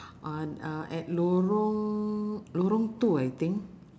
uh uh at lorong lorong two I think